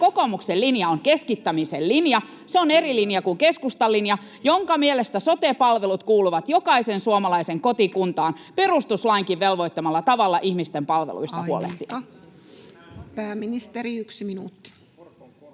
kokoomuksen linja on keskittämisen linja. Se on eri linja kuin keskustan, jonka mielestä sote-palvelut kuuluvat jokaisen suomalaisen kotikuntaan, perustuslainkin velvoittamalla tavalla niiden kuuluu ihmisten palveluista huolehtia. [Puhemies: Aika!]